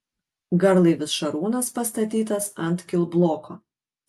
garlaivis šarūnas pastatytas ant kilbloko